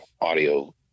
audio